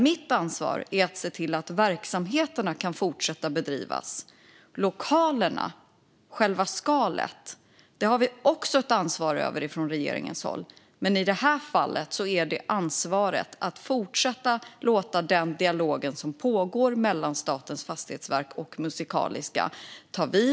Mitt ansvar är att se till att verksamheterna kan fortsätta att bedrivas. Lokalerna, själva skalet, har regeringen ett ansvar över, men i det här fallet är ansvaret att fortsätta den pågående dialogen mellan Statens fastighetsverk och Musikaliska.